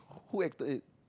who acted it